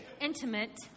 intimate